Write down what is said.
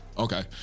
Okay